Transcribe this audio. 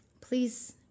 please